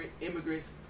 immigrants